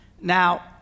Now